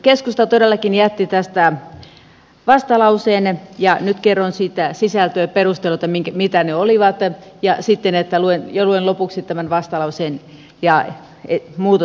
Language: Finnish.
keskusta todellakin jätti tästä vastalauseen ja nyt kerron siitä sisältöperustelut mitä ne olivat ja luen lopuksi tämän vastalauseen ja muutosesityksen